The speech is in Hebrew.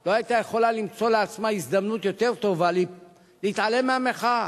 לא היתה יכולה למצוא לעצמה הזדמנות יותר טובה להתעלם מהמחאה.